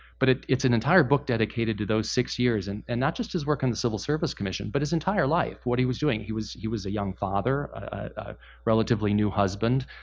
but it's an entire book dedicated to those six years, and and not just his work on the civil service commission but his entire life, what he was doing. he was he was a young father, a relatively new husband.